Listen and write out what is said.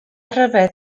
ryfedd